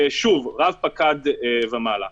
רב פקד ומעלה.